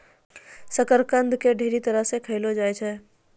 शकरकंद के ढेरी तरह से खयलो जाय छै